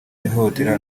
ihohotera